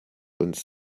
uns